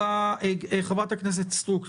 חברת הכנסת סטרוק,